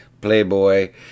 Playboy